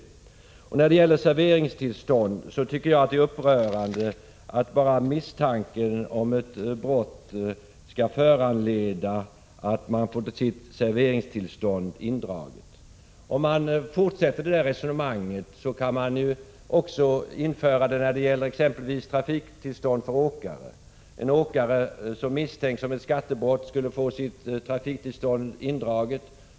Vad slutligen beträffar serveringstillstånden tycker jag det är upprörande att bara misstanken om ett brott skall föranleda att en person får sitt serveringstillstånd indraget. Om man fortsätter det resonemanget kan man införa samma ordning när det exempelvis gäller trafiktillstånd för åkare. En åkare som misstänks ha gjort sig skyldig till skattebrott skulle då få sitt trafiktillstånd indraget.